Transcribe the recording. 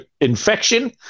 infection